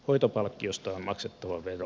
hoitopalkkiosta on maksettava vero